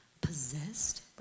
Possessed